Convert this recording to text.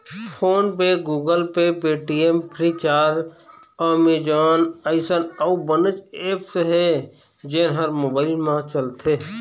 phone पे, Google Pay, Paytm, Freecharge, Amazon अइसन अउ बनेच ऐप्स हे जेन ह मोबाईल म चलथे